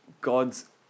God's